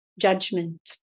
judgment